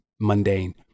mundane